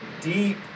deep